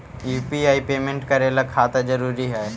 UPI payment करे ला खाता जरूरी है?